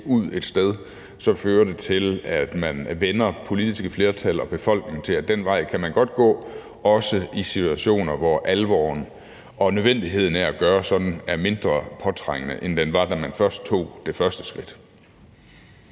ud et sted, fører det til, at man vænner politiske flertal og befolkningen til, at man godt kan gå den vej, også i situationer, hvor alvoren og nødvendigheden af at gøre sådan, er mindre påtrængende, end den var, da man tog det første skridt.